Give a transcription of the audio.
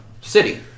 city